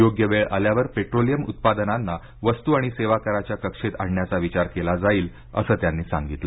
योग्य वेळ आल्यावर पेट्रोलियम उत्पादनांना वस्तू आणि सेवाकराच्या कक्षेत आणण्याचा विचार केला जाईल असं त्यांनी सांगितलं